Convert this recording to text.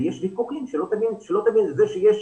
לפעמים זה יותר